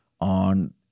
on